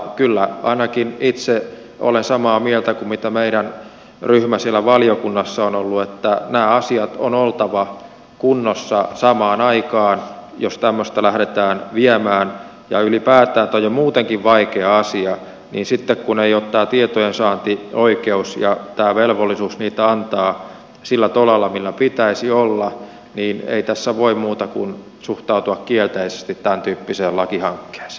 kyllä ainakin itse olen samaa mieltä kuin meidän ryhmämme siellä valiokunnassa on ollut että näiden asioiden on oltava kunnossa samaan aikaan jos tämmöistä lähdetään viemään ja ylipäätään kun on jo muutenkin vaikea asia niin sitten kun ei ole tämä tietojensaantioikeus ja tämä velvollisuus niitä antaa sillä tolalla millä pitäisi olla niin ei tässä voi muuta kuin suhtautua kielteisesti tämäntyyppiseen lakihankkeeseen